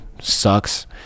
Sucks